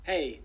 Hey